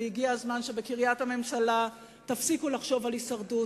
והגיע הזמן שבקריית-הממשלה תפסיקו לחשוב על הישרדות,